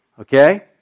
Okay